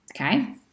Okay